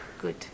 good